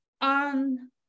on